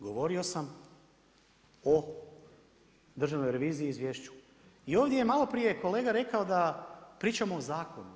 Govorio sam o Državnoj reviziji i izvješću i ovdje je maloprije kolega rekao da pričamo o zakonu.